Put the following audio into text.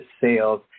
sales